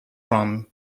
from